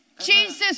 Jesus